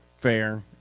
fair